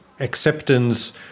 Acceptance